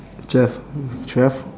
twelve twelve